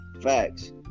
Facts